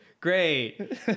Great